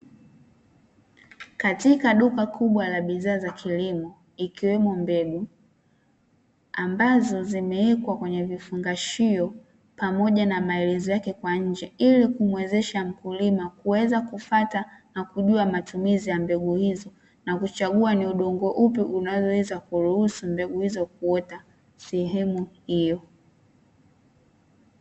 Katika duka kubwa la bidhaa za kilimo, ikiwemo mbegu, ambazo zimewekwa kwenye vifungashio pamoja na maelezo yake kwa nje ili kumwezesha mkulima kuweza kufuata na kujua matumizi ya mbegu hizo na kuchagua ni udongo upi unaoweza kuruhusu mbegu hizo kuota sehemu hiyo.